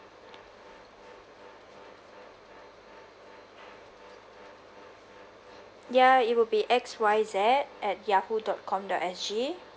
ya it would be X Y Z at Yahoo dot com dot S_G